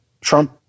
Trump